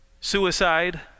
suicide